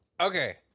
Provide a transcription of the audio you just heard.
Okay